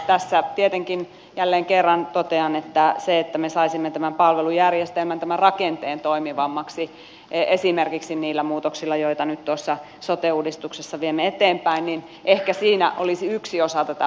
tässä jälleen kerran totean että ehkä se että me saisimme tämän palvelujärjestelmän tämän rakenteen toimivammaksi esimerkiksi niillä muutoksilla joita nyt tuossa sote uudistuksessa viemme eteenpäin olisi yksi osa tätä vastausta